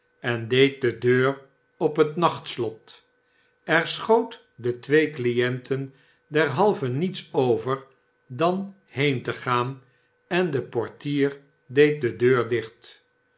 en deed de deur op het nachtslot er schoot den twee clienten derhalve niets over dan heen te gaan en de portier deed de deur dicht